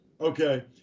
Okay